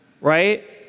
right